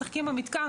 משחקים במתקן,